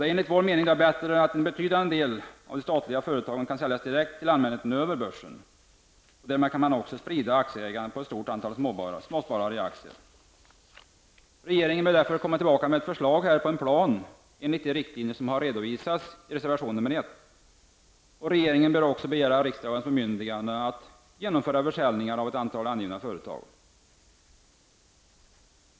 Det är enligt vår mening bättre att en betydande del av de statliga företagen kan säljas direkt till allmänheten över börsen. Därmed kan man sprida aktieägandet på ett stort antal småsparare i aktier. Regeringen bör därför återkomma med ett förslag om en plan enligt de riktlinjer som redovisas i reservation 1. Regeringen bör också begära riksdagens bemyndigande att genomföra försäljningar av ett antal angivna företag.